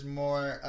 more